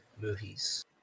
movies